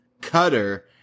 cutter